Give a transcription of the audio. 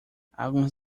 algumas